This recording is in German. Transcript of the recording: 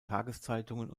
tageszeitungen